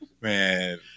Man